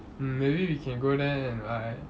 mm maybe we can go there and like